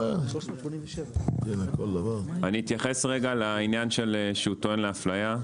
אני אתייחס רגע לעניין שהוא טוען לאפליה.